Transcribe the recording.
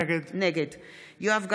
נגד יואב גלנט,